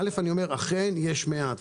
אכן יש מעט.